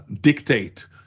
dictate